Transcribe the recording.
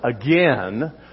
again